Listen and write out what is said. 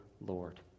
Lord